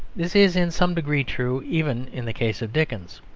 this is in some degree true even in the case of dickens.